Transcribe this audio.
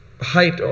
height